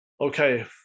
okay